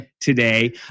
today